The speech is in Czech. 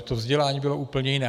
To vzdělání bylo úplně jiné.